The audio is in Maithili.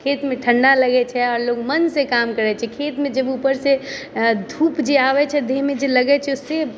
खेतमे ठण्डा लगै छै आ लोग मन से काम करै छै खेतमे जब ऊपर से धुप जे आबै छै देहमे जे लगै छै से